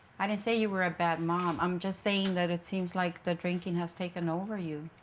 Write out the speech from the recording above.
i didn't say you were a bad mom. i'm just saying that it seems like the drinking has taken over you.